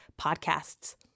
podcasts